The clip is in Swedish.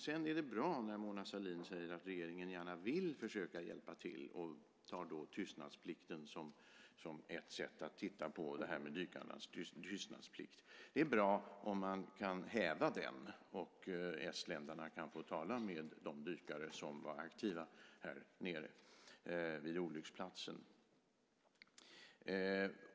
Det är bra när Mona Sahlin säger att regeringen gärna vill försöka hjälpa till och ta dykarnas tystnadsplikt som en sak att titta på. Det är bra om man kan häva den och om estländarna kan få tala med de dykare som var aktiva och var nere vid olycksplatsen.